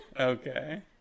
okay